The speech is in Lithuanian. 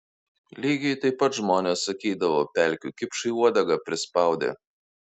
lygiai taip pat žmonės sakydavo pelkių kipšui uodegą prispaudė